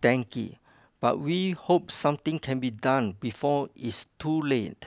dengue but we hope something can be done before it's too late